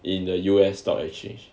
in the U_S stock exchange